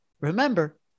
remember